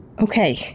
Okay